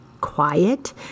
quiet